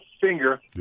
finger